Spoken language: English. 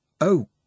Oh